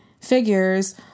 figures